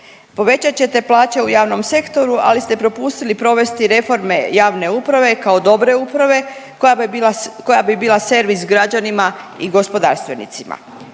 Povećat ćete plaće u javnom sektoru, ali ste propustili reforme javne uprave kao dobre uprave koja bi bila, koja bi bila servis građanima i gospodarstvenicima.